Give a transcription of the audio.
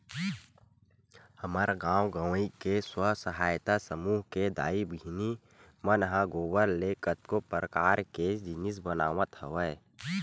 हमर गाँव गंवई के स्व सहायता समूह के दाई बहिनी मन ह गोबर ले कतको परकार के जिनिस बनावत हवय